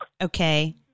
Okay